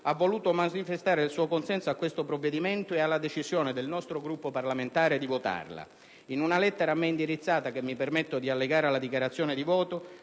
ha voluto manifestare il suo consenso a questo provvedimento e alla decisione del nostro Gruppo parlamentare di votarlo. In una lettera a me indirizzata, che chiedo di poter allegare alla dichiarazione di voto,